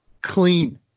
Clean